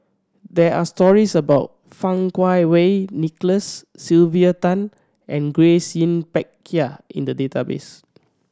there are stories about Fang Kuo Wei Nicholas Sylvia Tan and Grace Yin Peck Ha in the database